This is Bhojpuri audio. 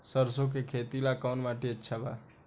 सरसों के खेती ला कवन माटी अच्छा बा?